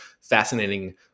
fascinating